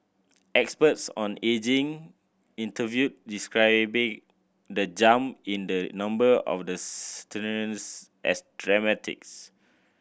experts on ageing interviewed described the jump in the number of the centenarians as dramatics